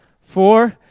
four